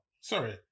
sorry